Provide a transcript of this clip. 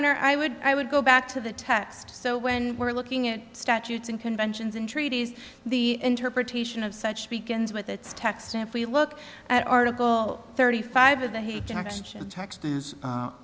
honor i would i would go back to the text so when we're looking at statutes and conventions and treaties the interpretation of such begins with its text if we look at article thirty five of the